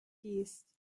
geest